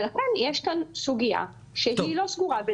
יש כאן סוגיה שהיא לא סגורה.